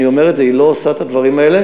אני אומר את זה: היא לא עושה את הדברים האלה.